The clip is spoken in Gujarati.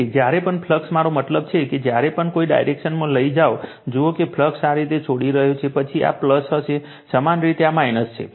તેથી જ્યારે પણ ફ્લક્સ મારો મતલબ છે કે જ્યારે પણ કોઈ ડાયરેક્શનમાં લઈ જાઓ જુઓ કે ફ્લક્સ આ રીતે છોડી રહ્યો છે પછી આ હશે સમાન રીતે આ છે